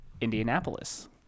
indianapolis